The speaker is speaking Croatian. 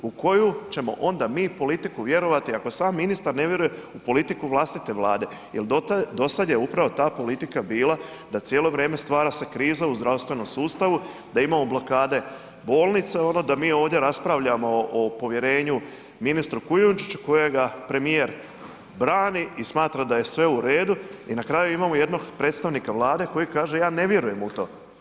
U koju ćemo onda mi politiku vjerovati ako sam ministar ne vjerujem u politiku vlastite Vlade jer do sada je upravo ta politika bila da cijelo vrijeme stvara se kriza u zdravstvenom sustavu, da imamo blokade bolnica, da mi ovdje raspravljamo o povjerenju ministru Kujundižiću kojega premijer brani i smatra da je sve u redu i na kraju imamo jednog predstavnika Vlade koji kaže ja ne vjerujem u to.